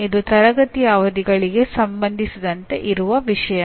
ಇದು ತರಗತಿಯ ಅವಧಿಗಳಿಗೆ ಸಂಬಂಧಿಸಿದಂತೆ ಇರುವ ವಿಷಯ